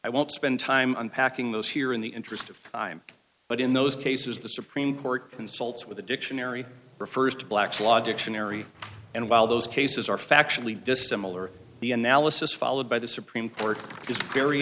i won't spend time unpacking those here in the interest of time but in those cases the supreme court consults with the dictionary refers to black's law dictionary and while those cases are factually dissimilar the analysis followed by the supreme court is very